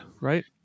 right